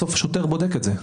בסוף שוטר בודק את זה.